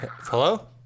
Hello